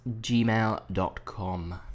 gmail.com